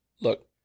Look